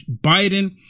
Biden